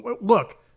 Look